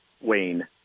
Wayne